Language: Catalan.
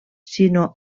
sinó